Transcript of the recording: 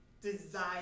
desire